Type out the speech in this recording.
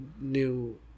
new